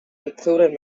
included